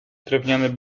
drewniany